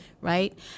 Right